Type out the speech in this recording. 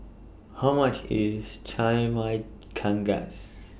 How much IS Chimichangas